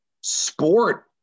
sport